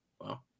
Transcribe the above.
Wow